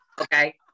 okay